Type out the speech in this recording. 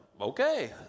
okay